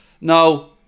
No